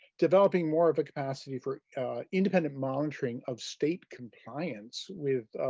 developing more of a capacity for independent monitoring of state compliance with,